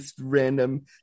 random